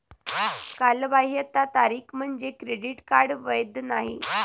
कालबाह्यता तारीख म्हणजे क्रेडिट कार्ड वैध नाही